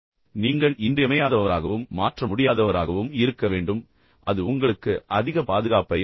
நீங்கள் இன்றியமையாதவராகவும் மாற்ற முடியாதவராகவும் இருக்க வேண்டும் பின்னர் அது உங்களுக்கு அதிக பாதுகாப்பை அளிக்கிறது